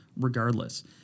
regardless